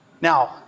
Now